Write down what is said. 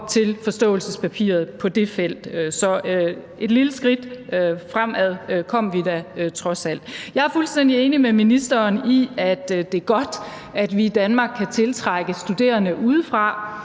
til forståelsespapiret på det felt. Så et lille skridt fremad kom vi da trods alt. Jeg er fuldstændig enig med ministeren i, at det er godt, at vi i Danmark kan tiltrække studerende udefra.